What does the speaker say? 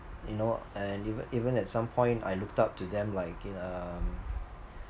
you know and even even at some point I looked up to them like in um